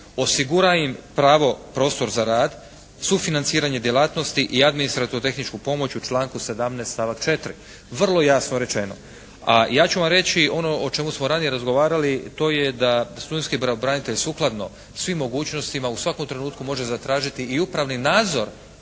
Osigura im pravo prostor za rad, sufinanciranje djelatnosti i administrativno tehničku pomoć u članku 17., stavak 4. Vrlo jasno rečeno. A ja ću vam reći ono o čemu smo ranije razgovarali. To je da studentski pravobranitelj sukladno svim mogućnostima u svakom trenutku može zatražiti i upravni nadzor